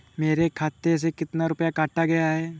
मेरे खाते से कितना रुपया काटा गया है?